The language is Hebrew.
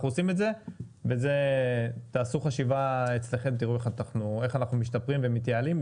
עושים את זה ואתם תעשו חשיבה אצלכם ותראו איך אנחנו משתפרים ומתייעלים,